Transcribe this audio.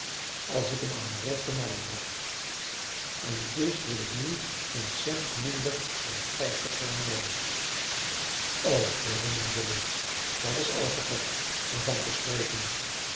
als ik hem aan de rechte markt bracht en dus wil ik nu geen cent minder dan vijftig voor hem nemen o vreemdeling dat is al te gek om van te spreken